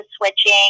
switching